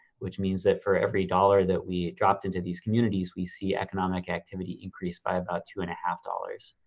which means that for every dollar that we dropped into these communities, we see economic activity increase by about two and a half dollars.